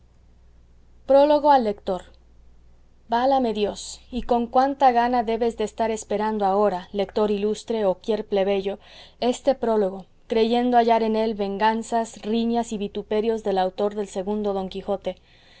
prólogo al lector válame dios y con cuánta gana debes de estar esperando ahora lector ilustre o quier plebeyo este prólogo creyendo hallar en él venganzas riñas y vituperios del autor del segundo don quijote